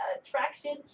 attraction